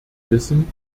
wissen